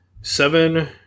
seven